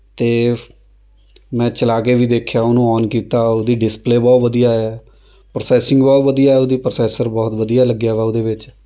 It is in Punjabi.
ਅਤੇ ਫ ਮੈਂ ਚਲਾ ਕੇ ਵੀ ਦੇਖਿਆ ਉਹਨੂੰ ਔਨ ਕੀਤਾ ਉਹਦੀ ਡਿਸਪਲੇਅ ਬਹੁਤ ਵਧੀਆ ਹੈ ਪ੍ਰੋਸੈਸਿੰਗ ਬਹੁਤ ਵਧੀਆ ਉਹਦੀ ਪ੍ਰੋਸੈਸਰ ਬਹੁਤ ਵਧੀਆ ਲੱਗਿਆ ਵਾ ਉਹਦੇ ਵਿੱਚ